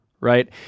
right